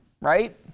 right